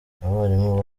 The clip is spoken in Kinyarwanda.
abarimu